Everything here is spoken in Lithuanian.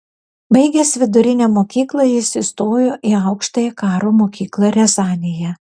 baigęs vidurinę mokyklą jis įstojo į aukštąją karo mokyklą riazanėje